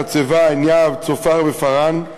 חצבה, עין-יהב, צופר ופארן,